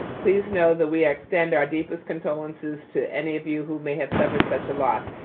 please know that we extend our deepest condolences to any of you who may have suffered such a loss.